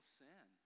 sin